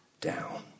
down